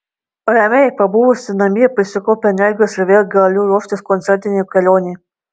ramiai pabuvusi namie prisikaupiu energijos ir vėl galiu ruoštis koncertinei kelionei